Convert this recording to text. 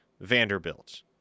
Vanderbilt